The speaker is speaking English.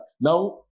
now